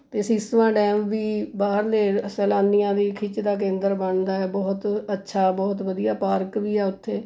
ਅਤੇ ਸਿਸਵਾਂ ਡੈਮ ਵੀ ਬਾਹਰਲੇ ਸੈਲਾਨੀਆਂ ਦੀ ਖਿੱਚ ਦਾ ਕੇਂਦਰ ਬਣਦਾ ਹੈ ਬਹੁਤ ਅੱਛਾ ਬਹੁਤ ਵਧੀਆ ਪਾਰਕ ਵੀ ਹੈ ਉੱਥੇ